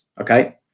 Okay